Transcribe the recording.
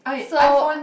so